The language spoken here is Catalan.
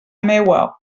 meua